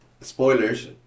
Spoilers